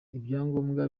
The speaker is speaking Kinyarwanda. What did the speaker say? ibyangombwa